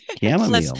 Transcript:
Chamomile